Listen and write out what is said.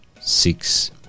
six